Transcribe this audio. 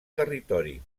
territori